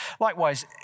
Likewise